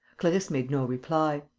clarisse made no reply.